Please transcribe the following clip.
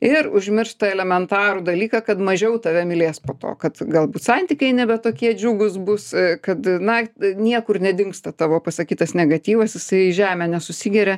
ir užmiršta elementarų dalyką kad mažiau tave mylės po to kad galbūt santykiai nebe tokie džiugūs bus kad na niekur nedingsta tavo pasakytas negatyvas jisai į žemę nesusigeria